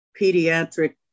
Pediatric